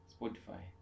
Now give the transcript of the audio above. Spotify